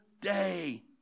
day